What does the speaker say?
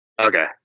Okay